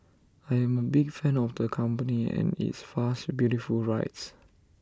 I am A big fan of the company and its fast beautiful rides